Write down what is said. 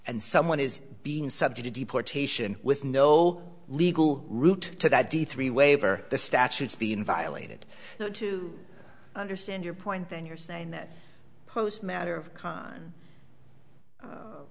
and someone is being subject to deportation with no legal route to that d three waiver the statutes being violated to understand your point then you're saying that post matter of